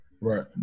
Right